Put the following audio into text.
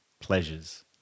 pleasures